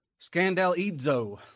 Scandalizo